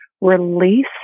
release